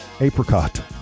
apricot